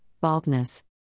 baldness